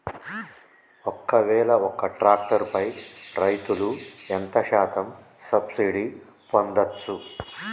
ఒక్కవేల ఒక్క ట్రాక్టర్ పై రైతులు ఎంత శాతం సబ్సిడీ పొందచ్చు?